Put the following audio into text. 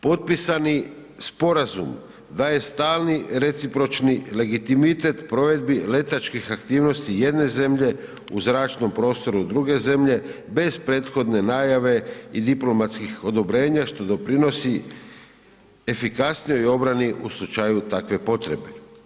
Potpisani sporazum daje stalni recipročni legitimitet provedi letačkih aktivnosti jedne zemlje u zračnom prostoru druge zemlje bez prethodne najave i diplomatskih odobrenja što doprinosi efikasnijoj obrani u slučaju takve potrebe.